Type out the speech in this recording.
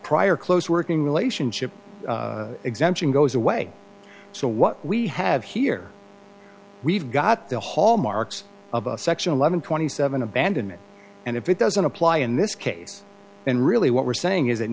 prior close working relationship exemption goes away so what we have here we've got the hallmarks of section eleven twenty seven abandonment and if it doesn't apply in this case and really what we're saying is